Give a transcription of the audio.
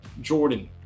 Jordan